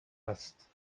است